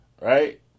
right